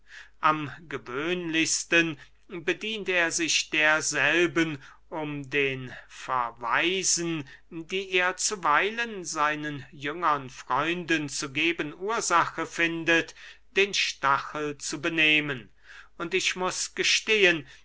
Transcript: am gewöhnlichsten bedient er sich derselben um den verweisen die er zuweilen seinen jüngern freunden zu geben ursache findet den stachel zu benehmen und ich muß gestehen